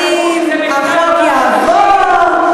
האם החוק יעבור?